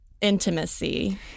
intimacy